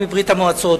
על עולים מברית-המועצות?